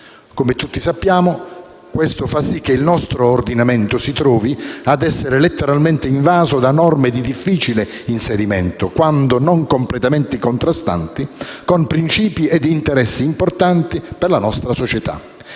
Come tutti sappiamo, questo fa sì che il nostro ordinamento si trovi ad essere letteralmente invaso da norme di difficile inserimento, quando non completamente contrastanti con principi ed interessi importanti per la nostra società.